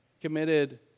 committed